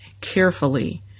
carefully